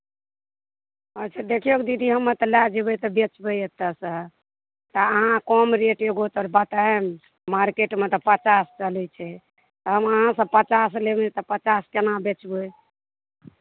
अच्छा देखियौक दीदी हमे लए जेबै तऽ बेचबै एतयसँ तऽ अहाँ कम रेट एगो तर बतायब मार्केटमे तऽ पचास चलै छै तऽ हम अहाँसँ पचास लेबै तऽ पचास केना बेचबै